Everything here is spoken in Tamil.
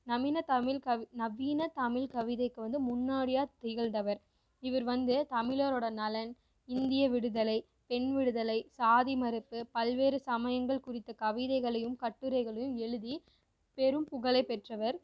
நவீன தமிழ் நவீன தமிழ் கவிதைக்கு வந்து முன்னோடியாக திகழ்ந்தவர் இவர் வந்து தமிழரோட நலன் இந்திய விடுதலை பெண் விடுதலை சாதி மறுப்பு பல்வேறு சமயங்கள் குறித்த கவிதைகளையும் கட்டுரைகளையும் எழுதி பெரும் புகழை பெற்றவர்